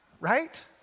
Right